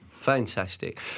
Fantastic